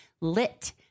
Lit